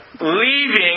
leaving